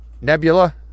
Nebula